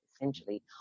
essentially